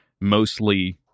mostly